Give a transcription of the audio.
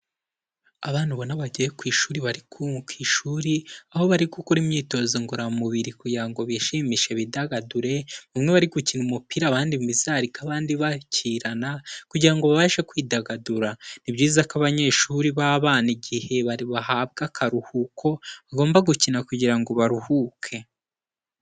Abana ubona bagiye ku ishuri, bari ishuri aho bari gukora imyitozo ngororamubiri kugira ngo bishimishe, bidagadure. Bamwe bari gukina umupira, abandi imizari, ariko abandi bakirana kugira ngo babashe kwidagadura, ni byiza ko abanyeshuri babana, igihe bahabwa akaruhuko bagomba gukina kugira ngo baruhuke.